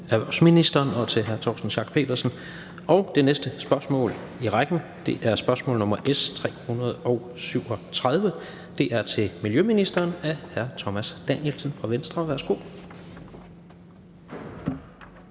til hr. Torsten Schack Pedersen. Det næste spørgsmål i rækken er spørgsmål nr. S 337, og det er til miljøministeren af hr. Thomas Danielsen fra Venstre. Kl.